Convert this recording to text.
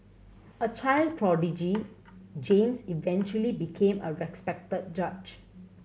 a child prodigy James eventually became a respected judge